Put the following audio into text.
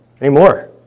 anymore